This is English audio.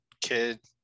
kid